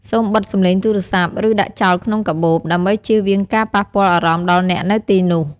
សូមបិទសំឡេងទូរស័ព្ទ ឬដាក់ចោលក្នុងកាបូប ដើម្បីជៀសវាងការប៉ះពាល់់អារម្មណ៍ដល់អ្នកនៅទីនោះ។